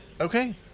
Okay